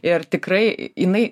ir tikrai jinai